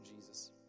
Jesus